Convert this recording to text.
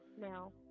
Now